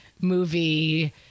movie